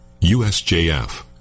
USJF